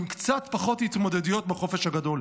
עם קצת פחות התמודדויות בחופש הגדול.